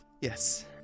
yes